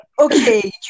Okay